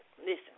listen